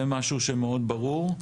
זה משהו שמאוד ברור,